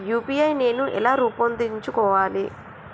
UPI నేను ఎలా రూపొందించుకోవాలి?